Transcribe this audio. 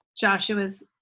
Joshua's